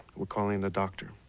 we're calling a doctor.